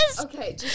Okay